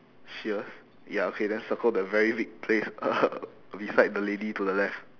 shears ya okay then circle the very big place uh beside the lady to the left